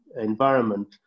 environment